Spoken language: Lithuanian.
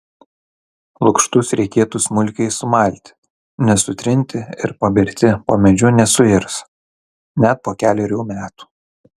lukštus reikėtų smulkiai sumalti nes sutrinti ir paberti po medžiu nesuirs net po kelerių metų